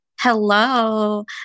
Hello